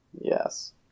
yes